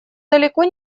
далеко